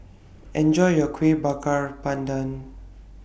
Enjoy your Kueh Bakar Pandan